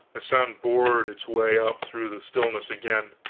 the sound bored its way up through the stillness again.